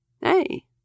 Hey